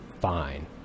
fine